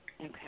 okay